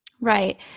Right